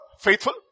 faithful